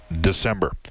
December